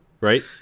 Right